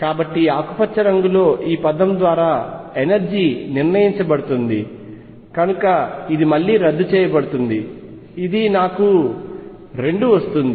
కాబట్టి ఆకుపచ్చ రంగులో ఈ పదం ద్వారా ఎనర్జీ నిర్ణయించబడుతుంది కనుక ఇది మళ్లీ రద్దు చేయబడుతుంది ఇది నాకు 2 వస్తుంది